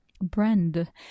brand